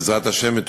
בעזרת השם,